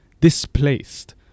displaced